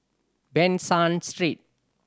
Ban San Street